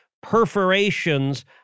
perforations